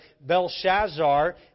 Belshazzar